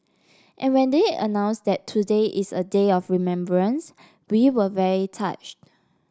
and when they announced that today is a day of remembrance we were very touched